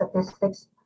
Statistics